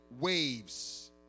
waves